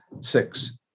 six